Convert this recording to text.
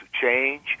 change